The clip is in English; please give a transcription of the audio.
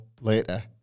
later